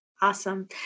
Awesome